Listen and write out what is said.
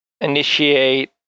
initiate